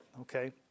okay